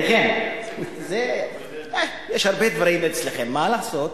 יש הרבה דברים אצלכם, מה לעשות?